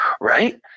right